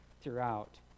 throughout